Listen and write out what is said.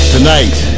Tonight